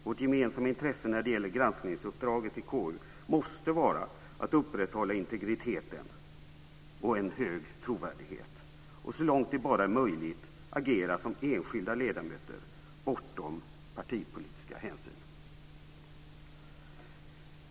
Vårt gemensamma intresse när det gäller granskningsuppdraget till KU måste vara att upprätthålla integriteten och en hög trovärdighet och så långt det bara är möjligt agera som enskilda ledamöter bortom partipolitiska hänsyn.